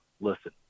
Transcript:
listen